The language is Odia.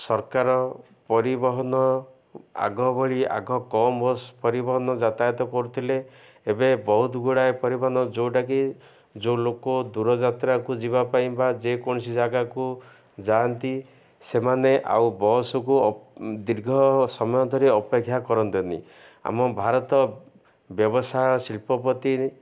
ସରକାର ପରିବହନ ଆଗ ଭଳି ଆଗ କମ୍ ବସ୍ ପରିବହନ ଯାତାୟତ କରୁଥିଲେ ଏବେ ବହୁତ ଗୁଡ଼ାଏ ପରିବହନ ଯୋଉଟାକି ଯୋଉ ଲୋକ ଦୂରଯାତ୍ରାକୁ ଯିବା ପାଇଁ ବା ଯେକୌଣସି ଜାଗାକୁ ଯାଆନ୍ତି ସେମାନେ ଆଉ ବସକୁ ଦୀର୍ଘ ସମୟ ଧରି ଅପେକ୍ଷା କରନ୍ତେନି ଆମ ଭାରତ ବ୍ୟବସାୟ ଶିଳ୍ପପତି